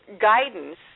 guidance